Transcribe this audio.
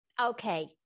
Okay